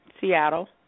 Seattle